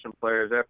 players